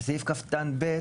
בסוף קטן ב'.